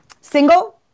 single